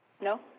No